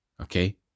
okay